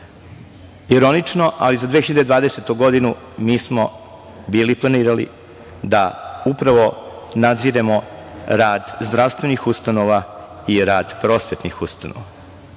Ironično, ali za 2020. godinu mi smo bili planirali da upravo nadziremo rad zdravstvenih ustanova i rad prosvetnih ustanova.